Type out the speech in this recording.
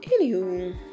anywho